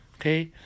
okay